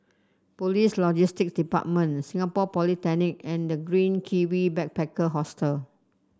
Police Logistics Department Singapore Polytechnic and The Green Kiwi Backpacker Hostel